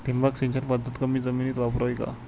ठिबक सिंचन पद्धत कमी जमिनीत वापरावी का?